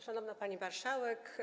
Szanowna Pani Marszałek!